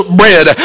bread